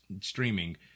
streaming